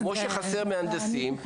כמו שחסרים מהנדסים,